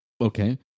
okay